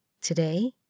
Today